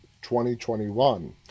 2021